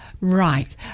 right